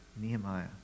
Nehemiah